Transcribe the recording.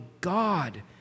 God